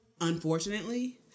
unfortunately